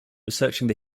researching